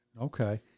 Okay